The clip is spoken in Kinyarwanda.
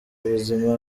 ubuzima